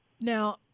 Now